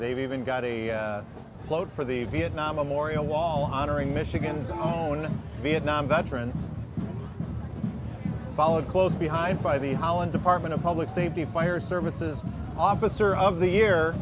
they've even got a float for the vietnam memorial wall honoring michigan zone vietnam veterans followed close behind by the holland department of public safety fire services officer of the year